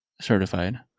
certified